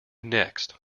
next